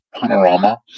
Panorama